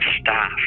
staff